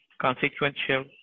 Consequential